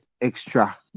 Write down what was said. extra